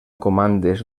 comandes